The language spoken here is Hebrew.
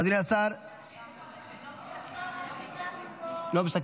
אדוני השר, לא מסכמים.